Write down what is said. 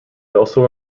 also